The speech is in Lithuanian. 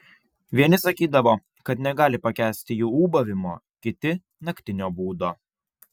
vieni sakydavo kad negali pakęsti jų ūbavimo kiti naktinio būdo